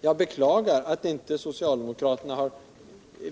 Jag beklagar att inte ni socialdemokrater har